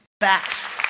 Facts